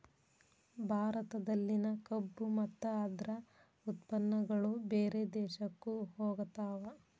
ಭಾರತದಲ್ಲಿನ ಕಬ್ಬು ಮತ್ತ ಅದ್ರ ಉತ್ಪನ್ನಗಳು ಬೇರೆ ದೇಶಕ್ಕು ಹೊಗತಾವ